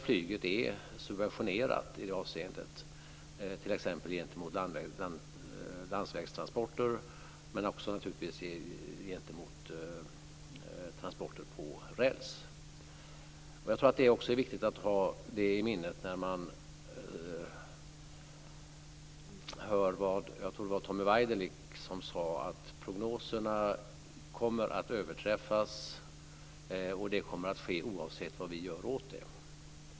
Flyget är subventionerat i det avseendet t.ex. gentemot landsvägstransporter, men naturligtvis också gentemot transporter på räls. Jag tror att det är viktigt att ha det i minnet när man hör det Tommy Waidelich säger - jag tror att det var han - om att prognoserna kommer att överträffas och att det kommer att ske oavsett vad vi gör åt det.